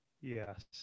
Yes